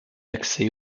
accès